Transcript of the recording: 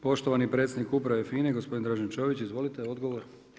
Poštovani predsjednik uprave FINA-e, gospodin Dražen Čović, izvolite, odgovor.